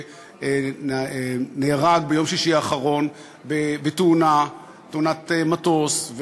שנהרג ביום שישי האחרון בתאונת מטוס.